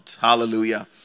Hallelujah